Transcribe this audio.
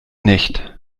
nicht